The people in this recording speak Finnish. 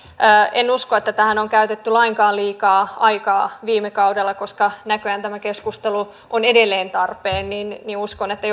en usko että tähän on käytetty lainkaan liikaa aikaa viime kaudella koska näköjään tämä keskustelu on edelleen tarpeen uskon että